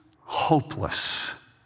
hopeless